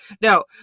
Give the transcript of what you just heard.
no